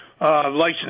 license